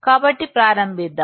కాబట్టి ప్రారంభిద్దాం